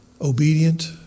obedient